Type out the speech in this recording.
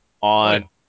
on